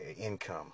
income